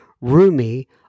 roomy